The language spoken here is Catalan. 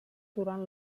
durant